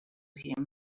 him